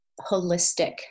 holistic